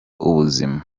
ubuzima